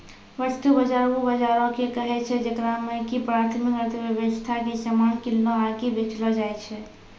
वस्तु बजार उ बजारो के कहै छै जेकरा मे कि प्राथमिक अर्थव्यबस्था के समान किनलो आकि बेचलो जाय छै